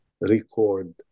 record